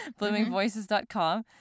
bloomingvoices.com